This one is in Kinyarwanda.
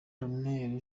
debonheur